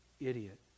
idiot